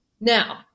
Now